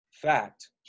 fact